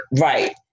Right